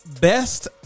Best